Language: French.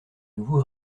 nouveaux